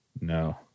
No